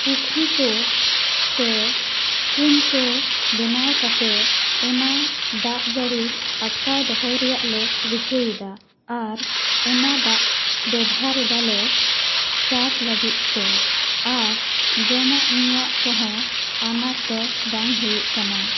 ᱯᱩᱠᱷᱨᱤᱠᱚ ᱥᱮ ᱠᱩᱧ ᱠᱚ ᱵᱮᱱᱟᱣ ᱠᱟᱛᱮ ᱚᱱᱟ ᱫᱟᱜ ᱡᱟᱹᱲᱤ ᱟᱴᱠᱟᱣ ᱫᱚᱦᱚᱭ ᱨᱮᱱᱟᱜᱞᱮ ᱨᱤᱠᱟᱹᱭᱮᱫᱟ ᱟᱨ ᱚᱱᱟ ᱫᱟᱜ ᱵᱮᱵᱚᱦᱟᱨ ᱮᱫᱟᱞᱮ ᱪᱟᱥ ᱞᱟᱹᱜᱤᱫ ᱛᱮ ᱟᱨ ᱡᱚᱢᱟᱜ ᱧᱩᱣᱟᱜ ᱠᱚᱦᱚᱱ ᱟᱱᱟᱴ ᱫᱚ ᱵᱟᱝ ᱦᱩᱭᱩᱜ ᱠᱟᱱᱟ